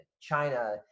China